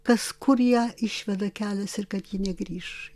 kas kur ją išveda kelias ir kad ji negrįš